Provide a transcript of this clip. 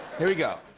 here we go.